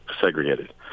segregated